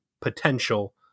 potential